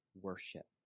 worship